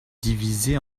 divisé